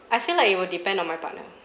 I feel like it will depend on my partner